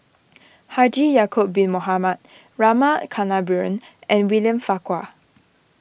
Haji Ya'Acob Bin Mohamed Rama Kannabiran and William Farquhar